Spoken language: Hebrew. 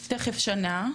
תיכף שנה.